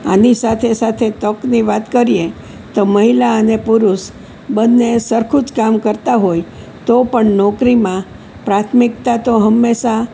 આની સાથે સાથે તકની વાત કરીએ તો મહિલા અને પુરુષ બંને સરખું જ કામ કરતા હોય તો પણ નોકરીમાં પ્રાથમિકતા તો હંમેશા